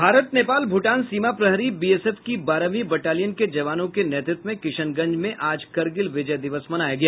भारत नेपाल भूटान सीमा प्रहरी बीएसएफ की बारहवीं बटालियन के जवानों के नेतृत्व में किशनगंज में आज करगिल विजय दिवस मनाया गया